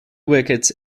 wickets